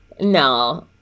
No